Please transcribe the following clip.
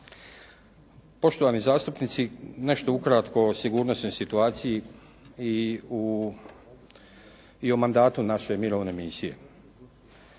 Poštovani zastupnici nešto ukratko o sigurnosnoj situaciji i o mandatu naše mirovne misije.